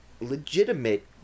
legitimate